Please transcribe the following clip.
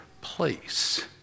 place